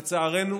לצערנו,